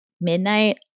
midnight